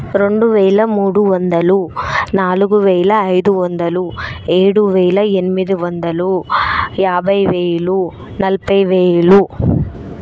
రెండు వేల మూడు వందలు నాలుగు వేల ఐదు వందలు ఏడువేల ఎనిమిది వందలు యాభై వేలు నలభై వేలు